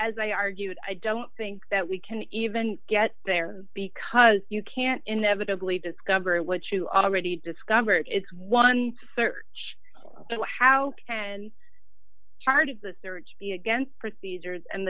as i argued i don't think that we can even get there because you can't inevitably discover what you already discovered is one search but how can charge of the search be against procedures and